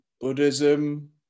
buddhism